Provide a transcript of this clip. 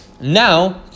now